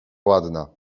ładna